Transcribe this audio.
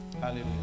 Hallelujah